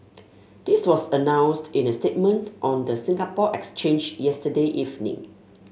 this was announced in a statement on the Singapore Exchange yesterday evening